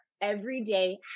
everyday